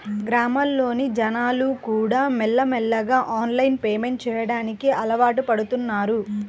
గ్రామాల్లోని జనాలుకూడా మెల్లమెల్లగా ఆన్లైన్ పేమెంట్ చెయ్యడానికి అలవాటుపడుతన్నారు